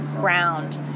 ground